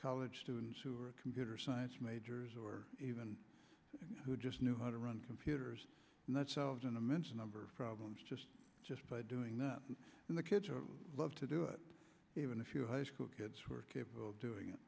college students who are computer science majors or even who just knew how to run computers and that solves an immense number of problems just just by doing nothing and the kids love to do it even if you high school kids who are capable of doing it